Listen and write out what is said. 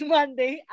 Monday